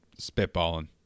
spitballing